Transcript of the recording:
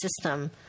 system